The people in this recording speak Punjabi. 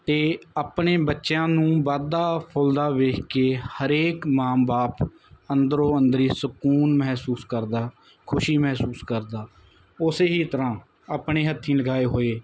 ਤੇ ਆਪਣੇ ਬੱਚਿਆਂ ਨੂੰ ਵੱਧਦਾ ਫੁੱਲਦਾ ਵੇਖ ਕੇ ਹਰੇਕ ਮਾਂ ਬਾਪ ਅੰਦਰੋਂ ਅੰਦਰੀ ਸਕੂਨ ਮਹਿਸੂਸ ਕਰਦਾ ਖੁਸ਼ੀ ਮਹਿਸੂਸ ਕਰਦਾ ਉਸੇ ਹੀ ਤਰ੍ਹਾਂ ਆਪਣੇ ਹੱਥੀ ਲਗਾਏ ਹੋਏ